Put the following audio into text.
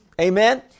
Amen